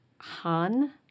Han